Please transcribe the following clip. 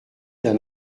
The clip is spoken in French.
d’un